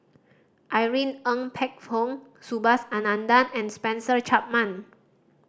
Irene Ng Phek Hoong Subhas Anandan and Spencer Chapman